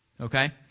Okay